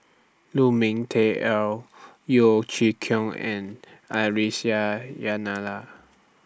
Lu Ming Teh Earl Yeo Chee Kiong and